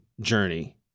journey